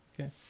Okay